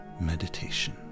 meditation